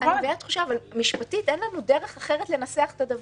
ובהתאם עשינו פה את התיקון הזה.